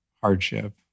hardship